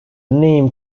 name